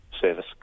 service